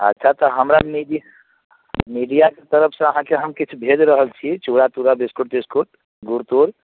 अच्छा तऽ हमरा निजी मीडियाके तरफसँ आहाँकेँ केँ किछु भेज रहल छी चूड़ा तुरा बिस्कुट तिस्कुट गुड़ तूर